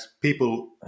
people